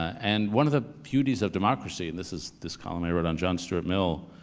and one of the beauties of democracy, and this is this column i wrote on john stuart mill,